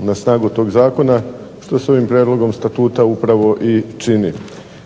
na snagu tog Zakona, što s ovim Prijedlogom statuta upravo čini.